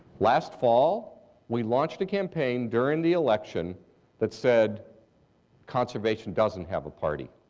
last fall we launched a campaign during the election that said conservation doesn't have a party.